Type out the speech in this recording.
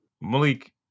Malik